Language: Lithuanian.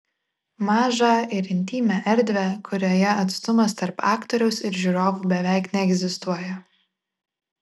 mažą ir intymią erdvę kurioje atstumas tarp aktoriaus ir žiūrovų beveik neegzistuoja